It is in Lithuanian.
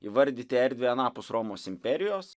įvardyti erdvę anapus romos imperijos